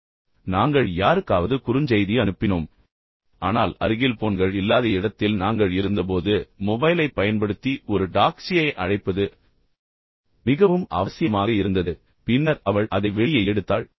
நாங்கள் பல இடங்களுக்குச் சென்றோம் அல்லது யாருக்காவது குறுஞ்செய்தி அனுப்பினோம் ஆனால் அருகில் போன்கள் இல்லாத இடத்தில் நாங்கள் இருந்தபோது மொபைலைப் பயன்படுத்தி ஒரு டாக்ஸியை அழைப்பது மிகவும் அவசியமாக இருந்தது பின்னர் அவள் அதை வெளியே எடுத்தாள்